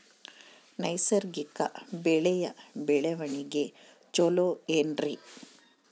ನೈಸರ್ಗಿಕ ಬೆಳೆಯ ಬೆಳವಣಿಗೆ ಚೊಲೊ ಏನ್ರಿ?